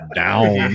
down